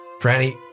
Franny